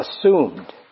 assumed